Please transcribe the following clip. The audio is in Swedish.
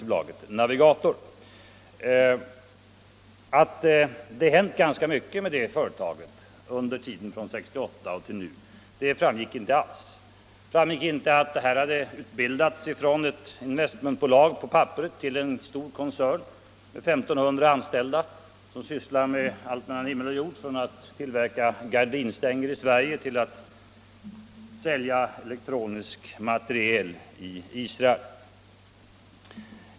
Det framgår inte alls att det hänt ganska mycket med det företaget under tiden sedan 1968; att aktiebolaget har utbildats från ett pappersbolag till en stor koncern med 1 500 anställda, som sysslar med allt mellan himmel och jord — från att tillverka gardinstänger i Sverige till att sälja elektronisk materiel i Israel.